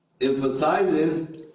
emphasizes